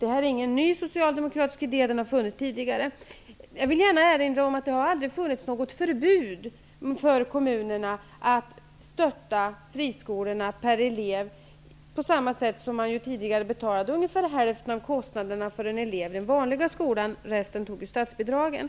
Det är ingen ny socialdemokratisk idé. Den har funnits tidigare. Jag vill gärna erinra om att det har aldrig funnits något förbud för kommunerna att stötta friskolorna, fördelat per elev, på samma sätt som de tidigare betalade ungefär hälften av kostnaderna för en elev i den vanliga skolan. Resten bekostades via statsbidragen.